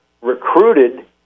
recruited